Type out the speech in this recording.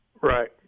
Right